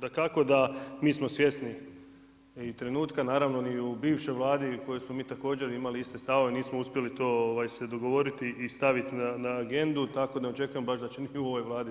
Dakako, da mi smo svjesni trenutka naravno ni u bivšoj Vladi u kojoj smo mi također imali iste stavove nismo uspjeli se to dogovoriti i staviti na agendu, tako da ne očekujem da će i u ovoj Vladi